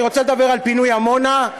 אני רוצה לדבר על פינוי עמונה.